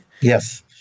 Yes